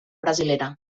brasilera